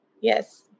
Yes